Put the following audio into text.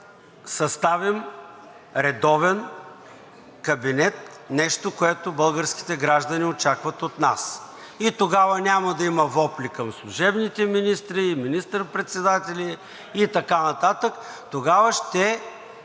съставим редовен кабинет – нещо, което българските граждани очакват от нас, и тогава няма да има вопли към служебните министри и министър председатели, и така нататък. Тогава ще